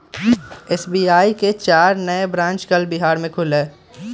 SBI के चार नए ब्रांच कल बिहार में खुलय